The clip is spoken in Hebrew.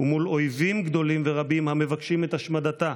ומול אויבים גדולים ורבים המבקשים את השמדתה.